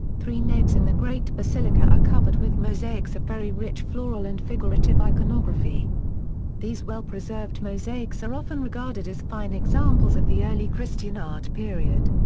three naves in the great basilica are covered with mosaics of very rich floral and figurative iconography these well preserved mosaics are often regarded as fine examples of the early christian art period.